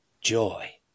joy